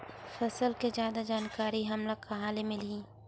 फसल के जादा जानकारी हमला कहां ले मिलही?